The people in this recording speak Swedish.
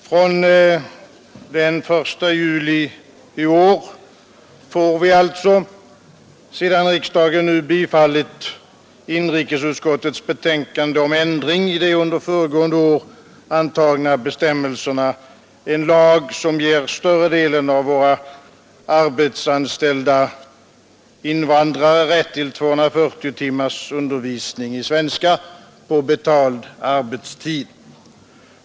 Från den 1 juli i år får vi alltså, sedan riksdagen nu bifallit inrikesutskottets betänkande om ändring i de under föregående år antagna bestämmelserna, en lag som ger större delen av arbetsanställda invandrare rätt till 240 timmars undervisning i svenska på betald arbetstid.